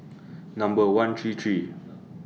Number one three three